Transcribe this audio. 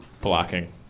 blocking